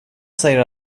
säger